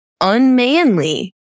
unmanly